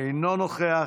אינו נוכח,